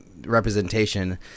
representation